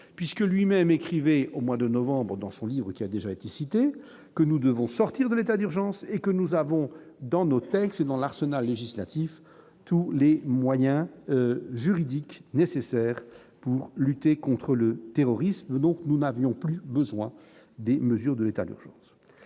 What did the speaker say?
puisque lui-même écrivait au mois de novembre dans son livre, qui a déjà été cité que nous devons sortir de l'état d'urgence et que nous avons dans nos textes dans l'arsenal législatif, tous les moyens juridiques nécessaires pour lutter contre le terrorisme, donc nous n'avions plus besoin des mesures de l'état d'urgence